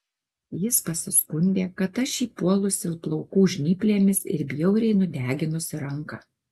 jis pasiskundė kad aš jį puolusi plaukų žnyplėmis ir bjauriai nudeginusi ranką